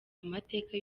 amateka